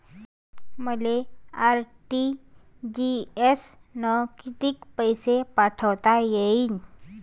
मले आर.टी.जी.एस न कितीक पैसे पाठवता येईन?